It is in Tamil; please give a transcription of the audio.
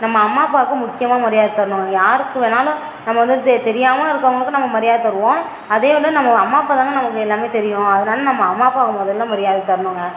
நம்ம அம்மா அப்பாக்கு முக்கியமாக மரியாதை தரணும் நம்ம யாருக்கு வேணாலும் நம்ம வந்து பேர் தெரியாமல் இருக்கறவங்களுக்கு நம்ம மரியாதை தருவோம் அதே வந்து நம்ம அம்மா அப்பா தான நமக்கு எல்லாமே தெரியும் அதனால நம்ம அம்மா அப்பாக்கு முதல்ல தரனுங்க